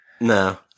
No